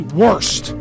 worst